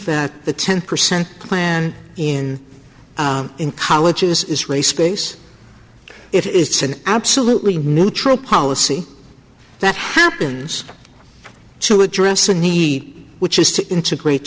that the ten percent plan in in colleges is race space it is an absolutely neutral policy that happens to address a need which is to integrate